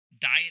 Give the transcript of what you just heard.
Diet